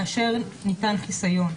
כאשר ניתן חיסיון,